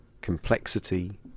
complexity